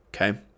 okay